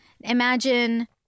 imagine